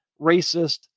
racist